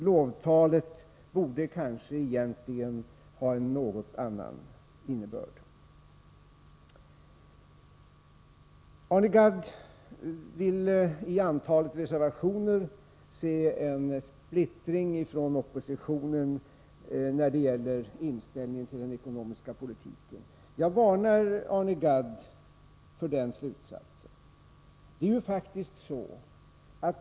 Lovtalet borde kanske egentligen ha en något annan innebörd. Arne Gadd ville i antalet reservationer se en splittring inom oppositionen när det gäller inställningen till den ekonomiska politiken. Jag varnar Arne Gadd för den slutsatsen.